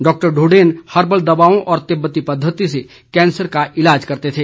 doctor Dhonden herbal दवाओं और तिब्बती पद्वति से कैंसर का ईलाज करते थे